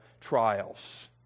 trials